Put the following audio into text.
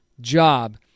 job